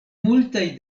multaj